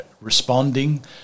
responding